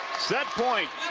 set point.